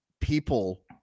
people-